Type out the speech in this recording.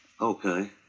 okay